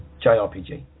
JRPG